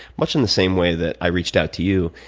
much in the same way that i reached out to you.